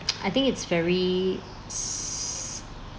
I think it's very